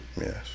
Yes